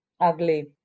ugly